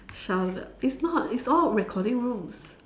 shut up it's not it's all recording rooms